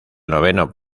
noveno